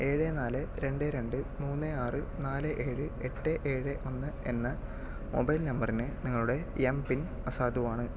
ഏഴ് നാല് രണ്ട് രണ്ട് മൂന്ന് ആറ് നാല് ഏഴ് എട്ട് ഏഴ് ഒന്ന് എന്ന മൊബൈൽ നമ്പറിന് നിങ്ങളുടെ എംപിൻ അസാധുവാണ്